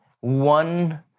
one